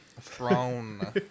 throne